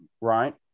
right